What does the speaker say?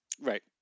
right